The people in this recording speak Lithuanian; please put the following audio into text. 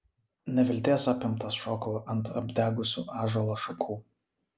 nevilties apimtas šokau ant apdegusių ąžuolo šakų